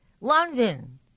London